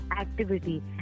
activity